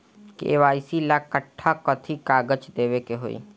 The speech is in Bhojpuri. के.वाइ.सी ला कट्ठा कथी कागज देवे के होई?